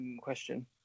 question